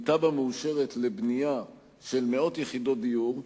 עם תב"ע מאושרת לבנייה של מאות יחידות דיור,